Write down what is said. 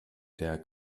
der